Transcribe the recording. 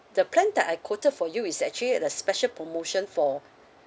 the plan that I quoted for you is actually the special promotion for